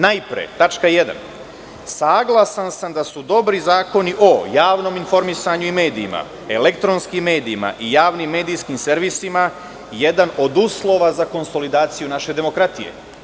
Najpre, tačka 1. Saglasan sam da su dobri zakoni o javnom informisanju i medijima, elektronskim medijima i javnim medijskim servisima jedan od uslova za konsolidaciju naše demokratije.